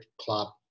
club